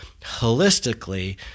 holistically